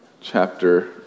chapter